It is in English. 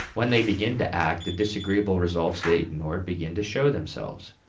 when they begin to act, the disagreeable results they ignored begin to show themselves.